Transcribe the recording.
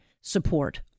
support